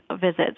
visits